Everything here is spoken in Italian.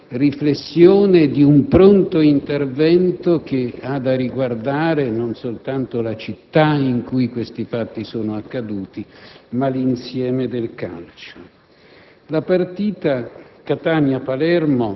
il senso di una riflessione, di un pronto intervento che deve riguardare non soltanto la città in cui i fatti sono accaduti, ma l'insieme del calcio.